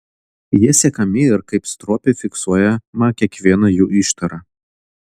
jie sekami ir kaip stropiai fiksuojama kiekviena jų ištara